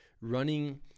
running